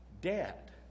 Dead